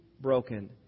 broken